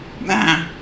nah